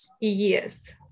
Yes